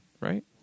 right